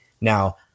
Now